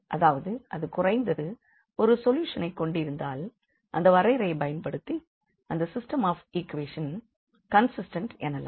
அதாவது அது குறைந்தது ஒரு சொல்யூஷனைக் கொண்டிருந்தால் அந்த வரையறையைப் பயன்படுத்தி அந்த சிஸ்டெம் ஆஃப் ஈக்வேஷன் கண்சிஸ்ட்டெண்ட் எனலாம்